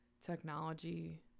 technology